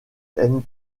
aime